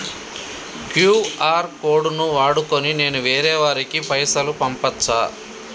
QR code ను వాడుకొని నేను వేరే వారికి పైసలు పంపచ్చా?